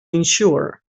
insure